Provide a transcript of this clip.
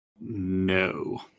no